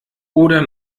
oder